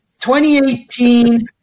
2018